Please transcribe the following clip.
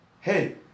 hey